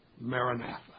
Maranatha